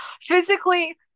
physically